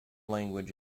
language